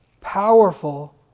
powerful